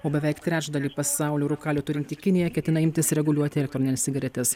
o beveik trečdalį pasaulio rūkalių turinti kinija ketina imtis reguliuoti elektronines cigaretes